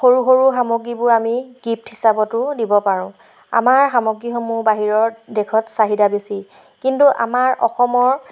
সৰু সৰু সামগ্ৰীবোৰ আমি গিফ্ট হিচাপতো দিব পাৰোঁ আমাৰ সামগ্ৰীসমূহ বাহিৰৰ দেশত চাহিদা বেছি কিন্তু আমাৰ অসমৰ